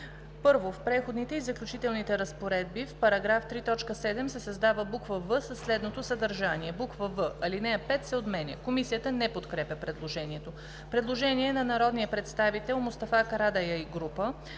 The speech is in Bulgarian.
„1. В Преходните и заключителните разпоредби, в § 3, т. 7 се създава буква „в“ със следното съдържание: „в) ал. 5 се отменя.“ Комисията не подкрепя предложението. Предложение на народния представител Мустафа Карадайъ и група